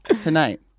tonight